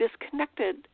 disconnected